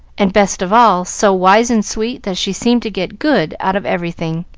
and, best of all, so wise and sweet that she seemed to get good out of everything,